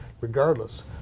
regardless